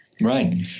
Right